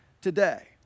today